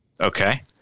Okay